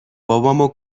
بابامو